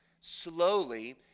slowly